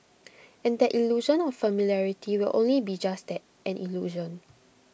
and that illusion of familiarity will only be just that an illusion